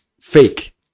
fake